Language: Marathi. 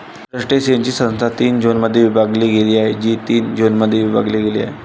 क्रस्टेशियन्सची संस्था तीन झोनमध्ये विभागली गेली आहे, जी तीन झोनमध्ये विभागली गेली आहे